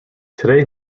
today